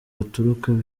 baturuka